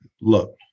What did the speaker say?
Look